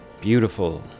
beautiful